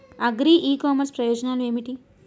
Agri ecommerce ప్రయోజనాలు ఏమిటి?